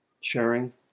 sharing